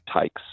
takes